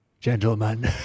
gentlemen